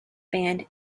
band